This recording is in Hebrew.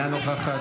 אינה נוכחת,